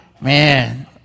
man